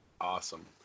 Awesome